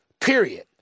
period